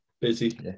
busy